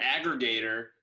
aggregator